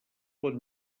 pot